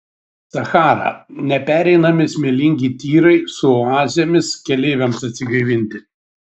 sachara nepereinami smėlingi tyrai su oazėmis keleiviams atsigaivinti